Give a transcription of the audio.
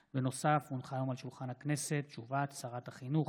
נוסף על כך הונחה היום על שולחן הכנסת הודעת שרת החינוך